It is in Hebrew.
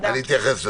אני אתייחס לזה.